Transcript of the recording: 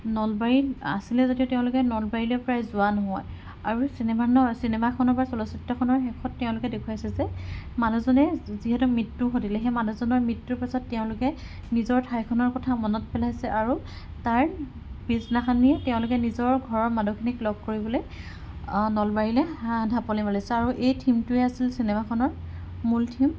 নলবাৰীৰ আছিলে যদিও তেওঁলোকে নলবাৰীলে প্ৰায় যোৱা নহয় আৰু চিনেমাত নহয় চিনেমাখনৰ বা চলচ্চিত্ৰখনৰ শেষত তেওঁলোকে দেখুৱাইছে যে মানুহজনে যিহেতু মৃত্যু ঘটিলে সেই মানুহজনৰ মৃত্যুৰ পাছত তেওঁলোকে নিজৰ ঠাইখনৰ কথা মনত পেলাইছে আৰু তাৰ পিছদিনাখনি তেওঁলোকে নিজৰ ঘৰৰ মানুহখিনিক লগ কৰিবলে নলবাৰীলে ঢাপলি মেলিছে আৰু এই থিমটোৱে আছিল চিনেমাখনৰ মুল থিম